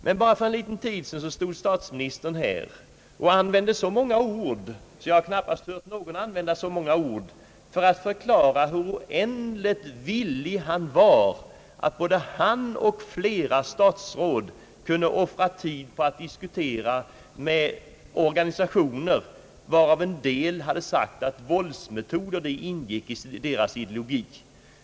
Men bara för någon tid sedan använde statsministern här så många ord, som jag knappast hört någon använda tidigare, för att förklara hur oändligt villig han var när det gällde att både han och andra statsråd kunde offra tid på att diskutera med organisationer, varav en del hade sagt att våldsmetoder ingick i deras ideologi.